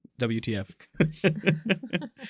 WTF